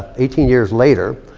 eighteen years later,